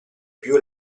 più